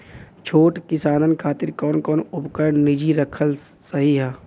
छोट किसानन खातिन कवन कवन उपकरण निजी रखल सही ह?